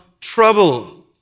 trouble